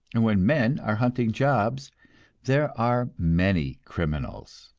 and when men are hunting jobs there are many criminals.